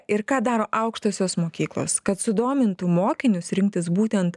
ir ką daro aukštosios mokyklos kad sudomintų mokinius rinktis būtent